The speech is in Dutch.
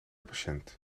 patiënt